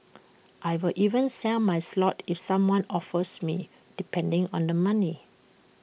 I will even sell my slot if someone offers me depending on the money